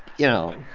you know,